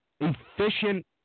efficient